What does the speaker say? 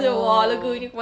!wah!